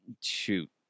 shoot